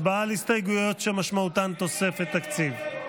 הצבעה על הסתייגויות שמשמעותן תוספת תקציב.